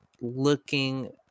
looking